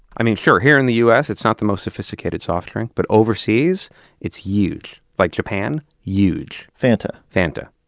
i mean, sure, here in the u s. it's not the most sophisticated soft drink, but overseas it's huge. like japan. huge fanta? fanta.